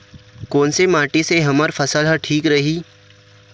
कोन से माटी से हमर फसल ह ठीक रही?